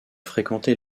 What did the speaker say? fréquenté